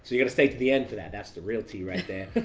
so you got to stay to the end for that. that's the real t right there.